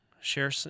share